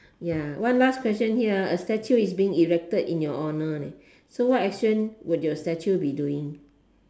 ya one last question here ah a statue is being erected as your honour so what action will your statue be doing